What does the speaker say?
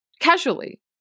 casually